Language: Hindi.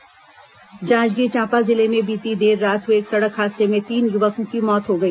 दुर्घटना जांजगीर चांपा जिले में बीती देर रात हुए एक सड़क हादसे में तीन युवकों की मौत हो गई